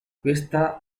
questa